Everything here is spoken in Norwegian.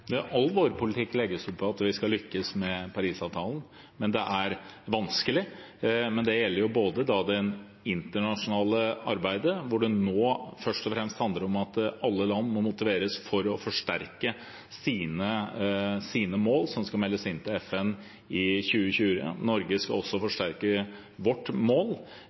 All vår politikk legges opp for at vi skal lykkes med Parisavtalen, men det er vanskelig. Det gjelder både det internasjonale arbeidet – hvor det nå først og fremst handler om at alle land må motiveres til å forsterke sine mål, som skal meldes inn til FN i 2020 – og at Norge også skal forsterke